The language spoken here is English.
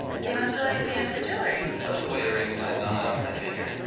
so you must really be into jewelry. i love the way a ring slides on and off my finger.